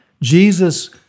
Jesus